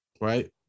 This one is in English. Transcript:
right